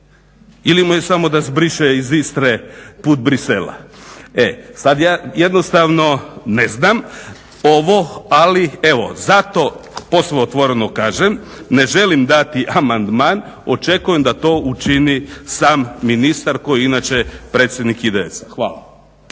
Ili mu je samo da zbriše iz Istre put Bruxellesa? E, sad ja jednostavno ne znam ovo, ali evo zato posve otvoreno kažem, ne želim dati amandman, očekujem da to učini sam ministar koji je inače predsjednik IDS-a. Hvala.